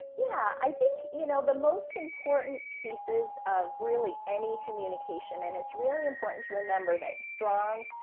yeah, i think, you know, the most important pieces of really any communication. and it's really important to remember that strong,